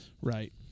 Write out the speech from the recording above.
Right